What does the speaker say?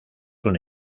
una